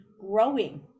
growing